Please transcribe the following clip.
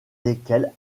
lesquels